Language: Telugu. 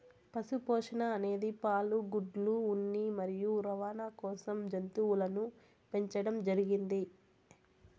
పశు పోషణ అనేది పాలు, గుడ్లు, ఉన్ని మరియు రవాణ కోసం జంతువులను పెంచండం జరిగింది